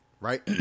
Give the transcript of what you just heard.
right